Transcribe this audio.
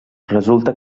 resulta